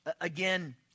again